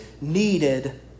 needed